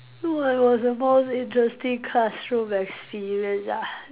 what was the most interesting classroom experience ah